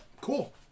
cool